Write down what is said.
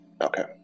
Okay